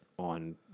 On